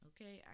Okay